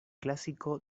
clásico